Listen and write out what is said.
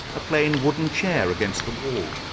a plain wooden chair against the wall,